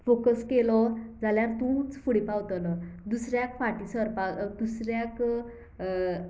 focus केलो जाल्यार तूंच फुडें पावतलो दुसऱ्याक फाटी सरपाक दुसऱ्याक